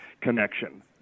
connection